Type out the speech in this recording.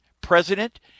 president